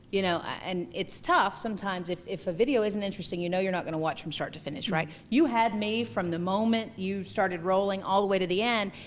you know, and it's tough sometimes if if a video isn't interesting, you know you're not gonna watch from start to finish, right? you had me from the moment you started rolling all the way to the end.